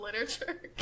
literature